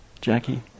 Jackie